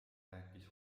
rääkis